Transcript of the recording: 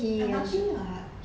M_R_T [what]